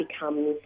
becomes